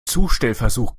zustellversuch